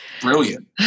brilliant